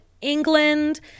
England